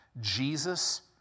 Jesus